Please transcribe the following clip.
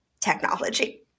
technology